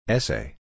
Essay